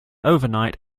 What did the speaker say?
overnight